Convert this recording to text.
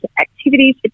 activities